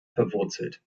verwurzelt